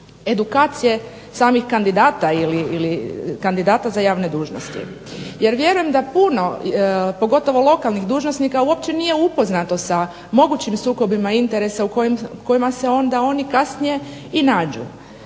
edukacije samih kandidata ili kandidata za javne dužnosti. Jer vjerujem da puno, pogotovo lokalnih dužnosnika, uopće nije upoznato sa mogućim sukobima interesa u kojima se onda oni kasnije i nađu.